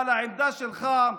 אבל העמדה שלך,